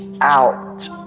out